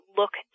look